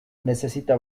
necesita